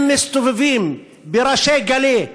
הם מסתובבים בריש גלי,